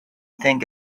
think